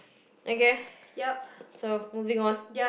okay so moving on